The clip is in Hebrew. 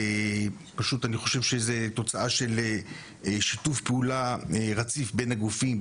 אני חושב שזו תוצאה של שיתוף פעולה רציף בין הגופים,